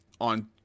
on